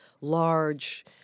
large